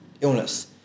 illness